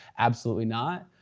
absolutely not,